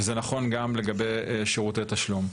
וזה נכון גם לגבי שירותי תשלום.